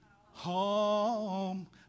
home